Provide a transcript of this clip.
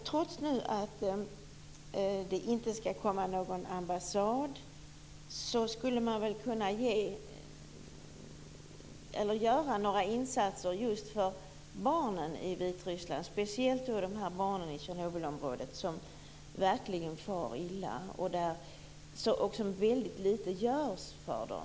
Trots att det inte skall bli någon ambassad skulle man väl kunna göra några insatser just för barnen i Vitryssland, speciellt barnen i Tjernobylområdet som verkligen far illa. Det görs väldigt litet för dem.